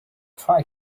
try